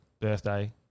birthday